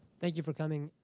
thank you for coming.